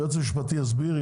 היועץ המשפטי יסביר,